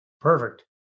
Perfect